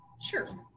Sure